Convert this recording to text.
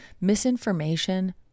misinformation